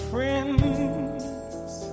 Friends